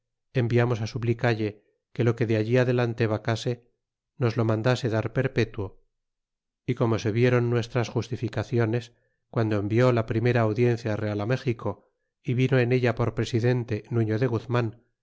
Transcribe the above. enviamos suplicalle que lo que de allí adelante vacase nos lo mandase dar perpetuo y como se viéron nuestras justificaciones guando envié la primera audiencia real méxico y vino en ella por presidente nufio de guzman